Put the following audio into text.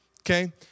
Okay